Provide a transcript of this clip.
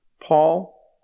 Paul